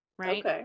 right